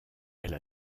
elle